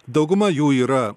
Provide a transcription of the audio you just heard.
dauguma jų yra